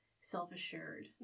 self-assured